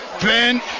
Ben